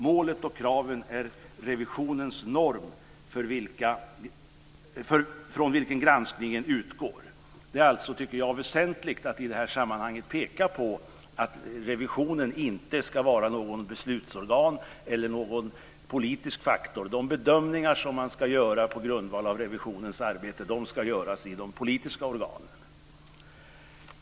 Målet och kraven är revisionens norm från vilken granskningen utgår. Det är alltså, tycker jag, väsentligt att i det här sammanhanget peka på att revisionen inte ska vara något beslutsorgan eller någon politisk faktor. De bedömningar som man ska göra på grundval av revisionens arbete ska göras i de politiska organen.